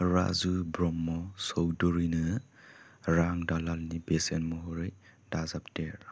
राजु ब्रह्म चौधुरिनो रां दालालनि बेसेन महरै दाजाबदेर